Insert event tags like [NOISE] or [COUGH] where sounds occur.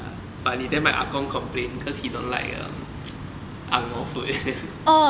ya funny then my 阿公 complain cause he don't like uh [NOISE] ang moh food [LAUGHS]